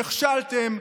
נכשלתם,